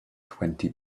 twenty